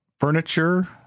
Furniture